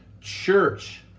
Church